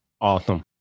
Awesome